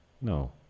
No